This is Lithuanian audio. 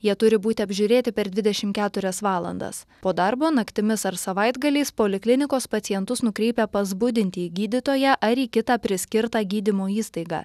jie turi būti apžiūrėti per dvidešimt keturias valandas po darbo naktimis ar savaitgaliais poliklinikos pacientus nukreipia pas budintį gydytoją ar į kitą priskirtą gydymo įstaigą